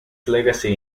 legacy